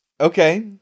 Okay